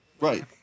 Right